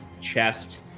chest